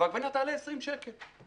והעגבנייה תעלה 20 שקל.